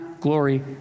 glory